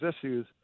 issues